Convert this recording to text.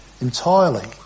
entirely